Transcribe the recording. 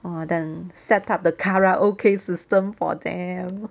!wah! then set up the karaoke system for them